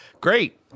great